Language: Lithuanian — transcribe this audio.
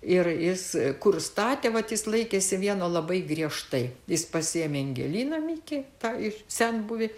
ir jis kur statė vat jis laikėsi vieno labai griežtai jis pasiėmė angeliną mikį tą iš senbuvį